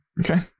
okay